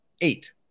eight